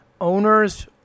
Owners